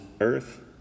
earth